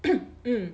mm